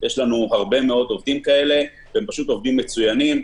יש לנו הרבה מאוד עובדים כאלה והם פשוט עובדים מצוינים.